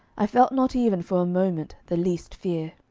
i felt not even for a moment the least fear.